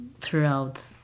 throughout